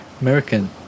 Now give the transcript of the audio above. American